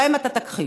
גם אם אתה תכחיש.